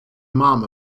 mum